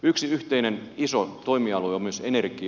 yksi yhteinen iso toimialue on myös energia